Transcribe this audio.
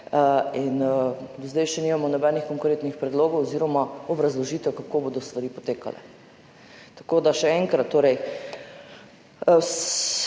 do zdaj še nimamo nobenih konkretnih predlogov oziroma obrazložitev, kako bodo stvari potekale. Še enkrat torej,